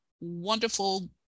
wonderful